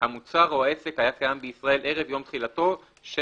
"המוצר או העסק היה קיים בישראל ערב יום תחילתו של